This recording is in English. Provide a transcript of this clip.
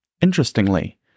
Interestingly